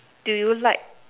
do you like